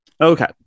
Okay